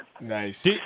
Nice